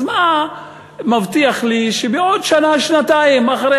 מה מבטיח לי שבעוד שנה-שנתיים אחרי